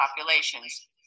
populations